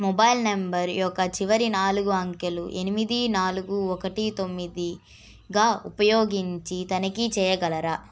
mobile number యొక్క చివరి నాలుగు అంకెలు ఎనిమిది నాలుగు ఒకటి తొమ్మిదిగా ఉపయోగించి తనిఖీ చెయ్యగలరా